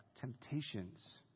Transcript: temptations